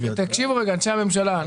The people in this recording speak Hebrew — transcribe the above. תקשיבו, נציגי הממשלה.